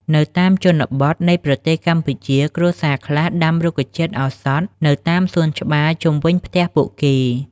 នៅតាមជនបទនៃប្រទេសកម្ពុជា គ្រួសារខ្លះដាំរុក្ខជាតិឱសថនៅតាមសួនច្បារជុំវិញផ្ទះពួកគេ។